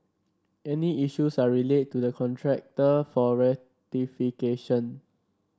any issues are relayed to the contractor for rectification